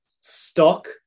stock